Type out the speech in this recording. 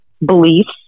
beliefs